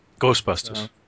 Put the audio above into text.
Ghostbusters